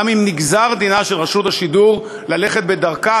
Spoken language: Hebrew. גם אם נגזר דינה של רשות השידור ללכת בדרכה,